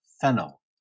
fennel